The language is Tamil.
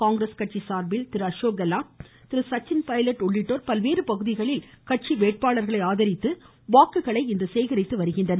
காங்கிரஸ் கட்சி சார்பில் திரு அசோக் கெலாட் திரு சச்சின் பைலட் உள்ளிட்டோர் பல்வேறு பகுதிகளில் கட்சி வேட்பாளர்களை ஆதரித்து வாக்குகளை சேகரித்து வருகின்றனர்